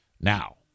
now